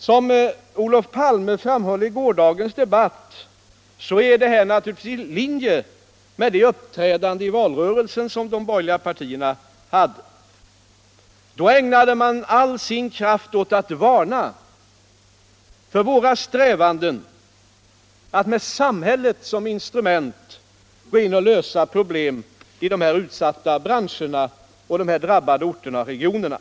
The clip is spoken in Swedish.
Som Olof Palme framhöll i gårdagens debatt är det här naturligtvis i linje med de borgerliga partiernas uppträdande i valrörelsen. Då ägnade man all sin kraft åt att varna för våra strävanden att med samhället som instrument gå in och lösa problem i de utsatta branscherna och de drabbade orterna och regionerna.